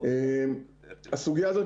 הסוגיה הזאת,